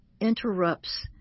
interrupts